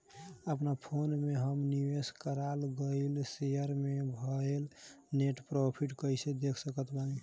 अपना फोन मे हम निवेश कराल गएल शेयर मे भएल नेट प्रॉफ़िट कइसे देख सकत बानी?